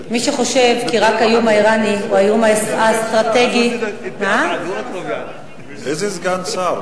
מי שחושב כי רק האיום האירני הוא האיום האסטרטגי איזה סגן שר?